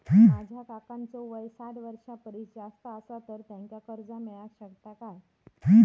माझ्या काकांचो वय साठ वर्षां परिस जास्त आसा तर त्यांका कर्जा मेळाक शकतय काय?